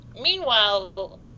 Meanwhile